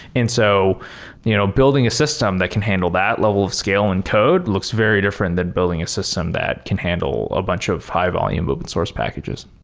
and so you know building a system that can handle that level of scale and code looks very different than building a system that can handle a bunch of high-volume open source packages